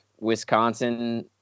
Wisconsin